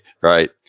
Right